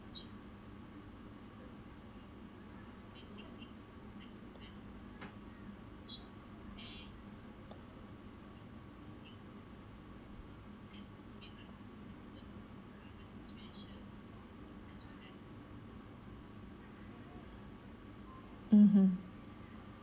mm hmm